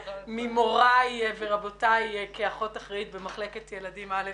ממוריי ורבותיי כאחות אחראית במחלקת ילדים א'